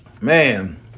man